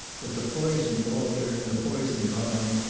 that the poison alder, and the poison vine,